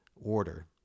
Order